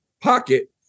pocket